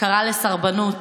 שקראה לסרבנות